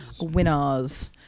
winners